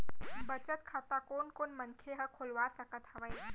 बचत खाता कोन कोन मनखे ह खोलवा सकत हवे?